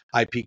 IP